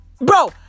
Bro